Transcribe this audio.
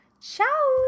ciao